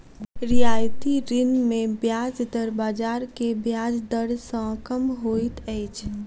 रियायती ऋण मे ब्याज दर बाजार के ब्याज दर सॅ कम होइत अछि